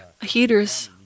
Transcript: heaters